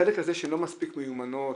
החלק הזה שהן לא מספיק מיומנות,